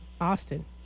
Austin